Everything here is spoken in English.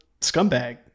scumbag